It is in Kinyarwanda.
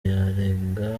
yarenga